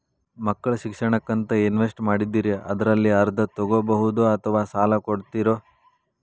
ಮಕ್ಕಳ ಶಿಕ್ಷಣಕ್ಕಂತ ಇನ್ವೆಸ್ಟ್ ಮಾಡಿದ್ದಿರಿ ಅದರಲ್ಲಿ ಅರ್ಧ ತೊಗೋಬಹುದೊ ಅಥವಾ ಸಾಲ ಕೊಡ್ತೇರೊ?